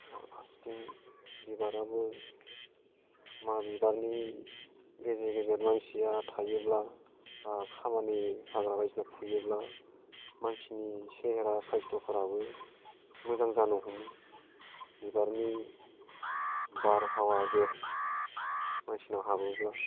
फारसेथिं बिबाराबो मा बिबारनि गेजेर गेजेर मानसिया थायोब्ला खामानि हाग्रा बायदिसिना फुयोब्ला मानसिनि सेहेरा साइस्थ'फोराबो मोजां जानो हमो बिबारनि बारहावा गेस मानसिनाव हाबोब्ला